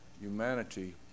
humanity